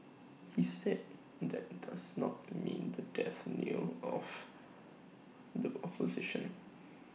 he said that does not mean the death knell of the opposition